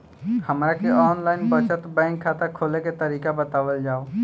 हमरा के online बचत बैंक खाता खोले के तरीका बतावल जाव?